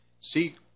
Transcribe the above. See